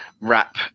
wrap